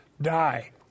die